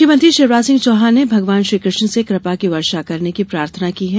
मुख्यमंत्री शिवराज सिंह चौहान ने भगवान श्रीकृष्ण से कृपा की वर्षा करने की प्रार्थना की है